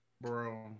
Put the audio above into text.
Bro